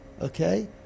okay